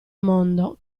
mondo